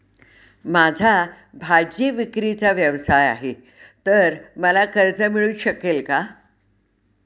माझा भाजीविक्रीचा व्यवसाय आहे तर मला कर्ज मिळू शकेल का?